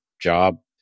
job